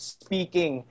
speaking